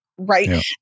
Right